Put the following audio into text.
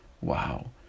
Wow